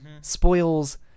spoils